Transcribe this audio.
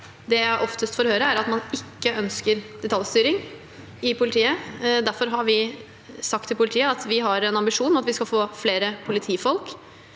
det jeg oftest får høre, at man ikke ønsker detaljstyring i politiet. Derfor har vi sagt til politiet at vi har en ambisjon om at vi skal få flere politifolk,